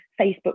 Facebook